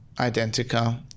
Identica